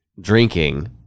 drinking